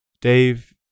Dave